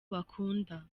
bakunda